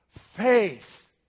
Faith